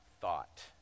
thought